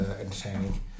entertaining